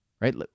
right